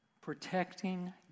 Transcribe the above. protecting